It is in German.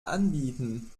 anbieten